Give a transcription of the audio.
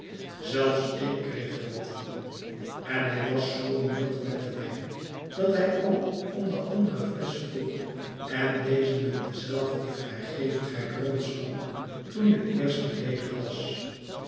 zelfs ik kreeg er wat van en hij was zoo mild met den wijn dat hij ook om de andere flesch vroeg en deze niet de zelfde vrijgevigheid rondschonk toen de eerste ledig was